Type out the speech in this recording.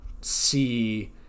see